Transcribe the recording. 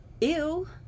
Ew